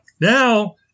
Now